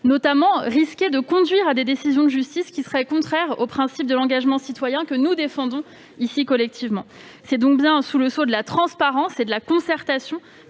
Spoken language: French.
notamment risquer de conduire à des décisions de justice contraires au principe de l'engagement citoyen que nous défendons collectivement ici. C'est donc bien sous le sceau de la transparence et de la concertation